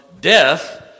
death